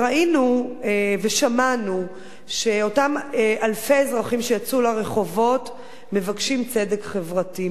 ראינו ושמענו שאותם אלפי אזרחים שיצאו לרחובות מבקשים צדק חברתי,